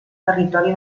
territori